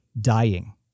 dying